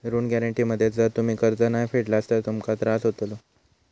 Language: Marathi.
ऋण गॅरेंटी मध्ये जर तुम्ही कर्ज नाय फेडलास तर तुमका त्रास होतलो